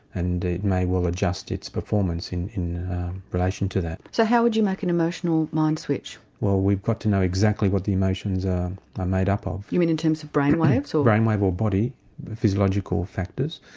and it may well adjust its performance in in relation to that. so how would you make an emotional mindswitch? well we've got to know exactly what the emotions are made up of. you mean in terms of brain waves? so brain wave or body the physiological factors.